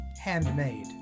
handmade